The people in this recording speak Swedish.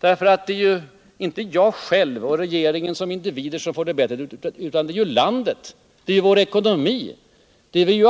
bättre. Det är ju inte jag själv och regeringen som individer som skall få det bättre, utan det ärlandet och vår ekonomi.